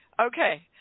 Okay